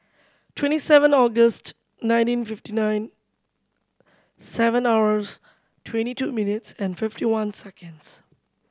twenty seven August nineteen fifty nine seven hours twenty two minutes and fifty one seconds